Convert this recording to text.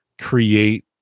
create